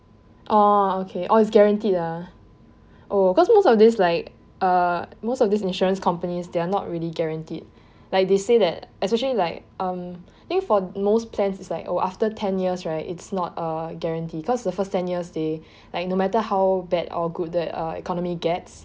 oh okay oh it's guaranteed ah oh because most of these like uh most of these insurance companies they are not really guaranteed like they say that especially like um I think for most plans is like oh after ten years right it's not uh guarantee because the first ten years they like no matter how bad or good the uh economy gets